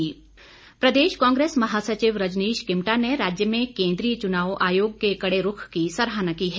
कांग्रेस प्रदेश कांग्रेस महासचिव रजनीश किमटा ने राज्य में केंद्रीय चुनाव आयोग के कड़े रूख की सराहनाकी है